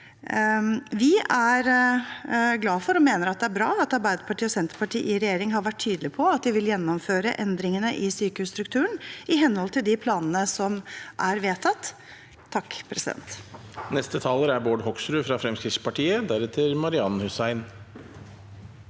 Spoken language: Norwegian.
Vi er glad for og mener det er bra at Arbeiderpartiet og Senterpartiet i regjering har vært tydelige på at de vil gjennomføre endringene i sykehusstrukturen i henhold til de planene som er vedtatt. Bård